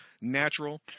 natural